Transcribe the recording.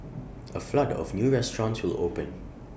A flood of new restaurants will open